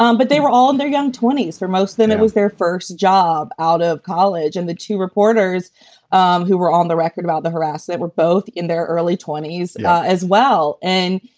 um but they were all in their young twenty s for most. then it was their first job out of college. and the two reporters um who were on the record about the harassment were both in their early twenty s as well. and,